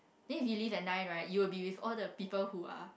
then if you leave at nine right you'll be with all the people who are